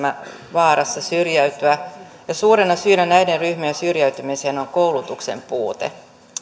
vaarassa syrjäytyä ja suurena syynä näiden ryhmien syrjäytymiseen on koulutuksen puute